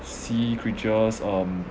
sea creatures um